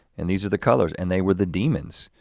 and these are the colors, and they were the demons.